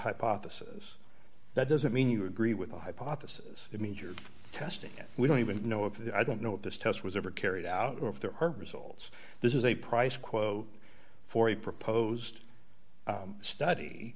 hypothesis that doesn't mean you agree with the hypothesis it means you're testing we don't even know if i don't know what this test was ever carried out or if there are results this is a price quote for a proposed study